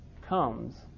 comes